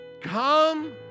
come